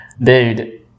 Dude